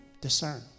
discern